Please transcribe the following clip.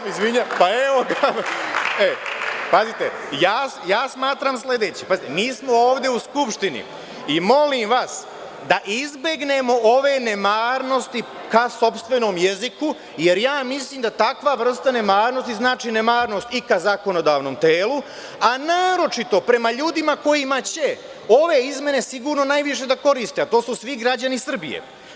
Pazite, smatram sledeće, mi smo ovde u Skupštini i molim vas da izbegnemo ove nemarnosti ka sopstvenom jeziku, jer mislim da takva vrsta nemarnosti znači nemarnost i ka zakonodavnom telu, a naročito prema ljudima kojima će ove izmene sigurno najviše da koriste, a to su svi građani Srbije.